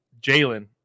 Jalen